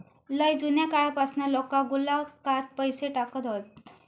लय जुन्या काळापासना लोका गुल्लकात पैसे टाकत हत